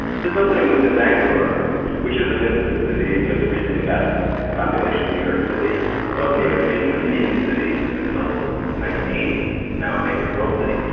this opening was in bangalore which is an instant city, it just recently passed in population new york city. it wasn't even a major indian city until the nineteen eighty s, now a major world city.